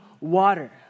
water